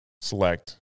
select